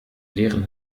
leeren